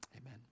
amen